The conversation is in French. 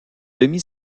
demi